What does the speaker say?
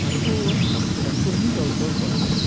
ଆକୁ ୟାକୁ ହିଁ ଯୌତୁକ କୁହାଯାଏ